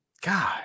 God